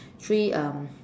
three um